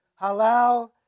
Halal